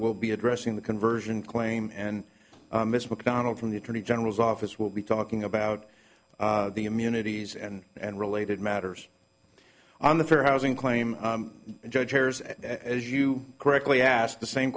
will be addressing the conversion claim and miss mcdonald from the attorney general's office will be talking about the immunities and and related matters on the fair housing claim judge hairs and as you correctly asked the same